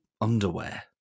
underwear